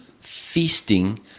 feasting